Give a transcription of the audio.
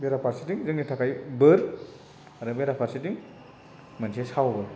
बेराफारसेथिं जोंनि थाखाय बोर आरो बेराफारसेथिं मोनसे सावबो